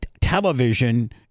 television